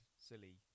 silly